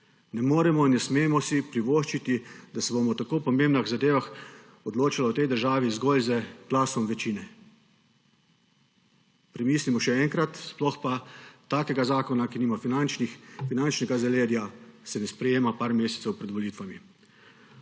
Ne moremo, ne smemo si privoščiti, da se bomo o tako pomembnih zadevah odločali v tej državi zgolj z glasom večine. Premislimo še enkrat, sploh pa takega zakona, ki nima finančnega zaledja, se ne sprejema par mesecev pred volitvami.